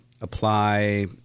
apply